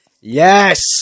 Yes